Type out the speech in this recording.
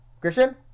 Christian